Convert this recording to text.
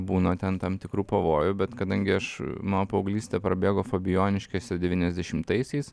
būna ten tam tikrų pavojų bet kadangi aš mano paauglystė prabėgo fabijoniškėse devyniasdešimtaisiais